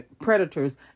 predators